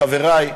חברי,